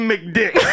McDick